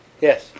Yes